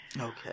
Okay